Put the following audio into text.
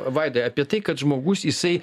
vaida apie tai kad žmogus jisai